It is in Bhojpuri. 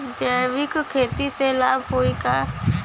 जैविक खेती से लाभ होई का?